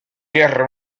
guerre